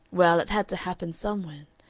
well, it had to happen somewhen.